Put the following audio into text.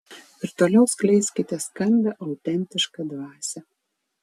ir toliau skleiskite skambią autentišką dvasią